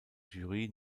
jury